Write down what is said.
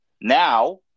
now